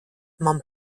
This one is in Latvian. man